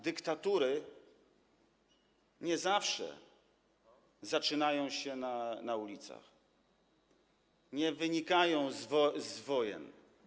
Dyktatury nie zawsze zaczynają się na ulicach, nie wynikają z wojen.